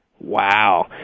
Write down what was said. Wow